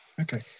Okay